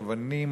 או לבנים,